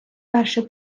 перший